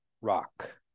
rock